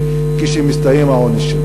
כשמסתיים העונש שלו?